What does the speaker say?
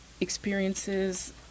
experiences